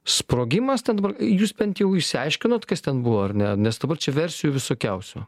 sprogimas ten dabar jūs bent jau išsiaiškinote kas ten buvo ar ne nes dabar čia versijų visokiausių